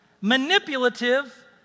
manipulative